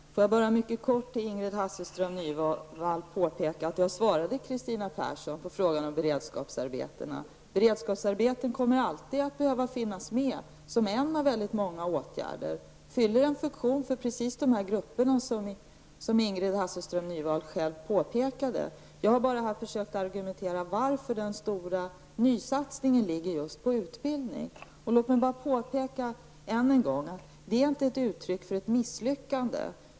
Herr talman! Får jag bara mycket kortfattat för Ingrid Hasselström Nyvall påpeka att jag svarade Beredskapsarbeten kommer alltid att behöva finnas med som en av många åtgärder. De fyller en funktion för precis de grupper som Ingrid Hasselström Nyvall själv påtalade. Jag har försökt argumentera för varför den stora nysatsningen finns på utbildningsområdet. Låt mig än en gång påpeka att det inte är ett uttryck för ett misslyckande.